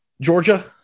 Georgia